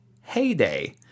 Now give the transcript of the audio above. heyday